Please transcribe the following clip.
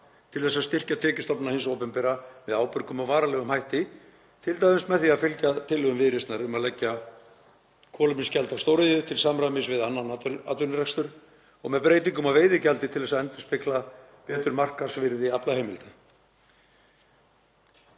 til þess að styrkja tekjustofna hins opinbera með ábyrgum og varanlegum hætti, t.d. með því að fylgja tillögum Viðreisnar um að leggja kolefnisgjald á stóriðju til samræmis við annan atvinnurekstur og með breytingum á veiðigjaldi til að það endurspegli betur markaðsvirði aflaheimilda.